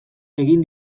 egin